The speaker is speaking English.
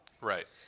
Right